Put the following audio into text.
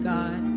God